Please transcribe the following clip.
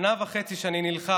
שנה וחצי אני נלחם